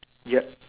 yup